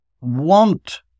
want